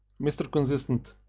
mr consistent,